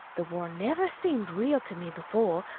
the war never seemed real to me before.